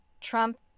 Trump